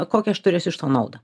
kokią aš turėsiu iš to naudą